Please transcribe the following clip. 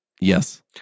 Yes